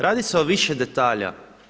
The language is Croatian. Radi se o više detalja.